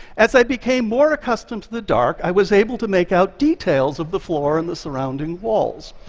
as i became more accustomed to the dark, i was able to make out details of the floor and the surrounding walls.